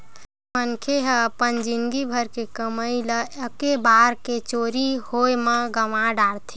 मनखे ह अपन जिनगी भर के कमई ल एके बार के चोरी होए म गवा डारथे